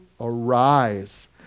arise